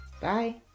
Bye